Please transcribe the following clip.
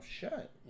shut